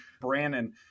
Brandon